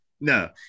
No